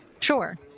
Sure